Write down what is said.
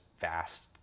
vast